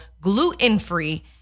gluten-free